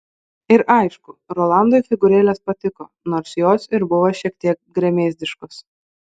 ir aišku rolandui figūrėlės patiko nors jos ir buvo šiek tiek gremėzdiškos